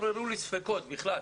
התעוררו לי ספקות בכלל,